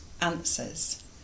answers